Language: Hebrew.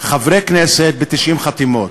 חברי כנסת ב-90 חתימות.